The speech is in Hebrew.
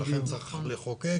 לכן צריך לחוקק